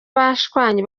bashwanye